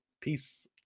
Peace